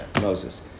Moses